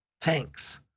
tanks